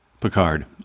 Picard